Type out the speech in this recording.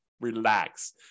relax